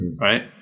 Right